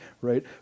right